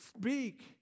speak